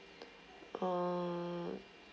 uh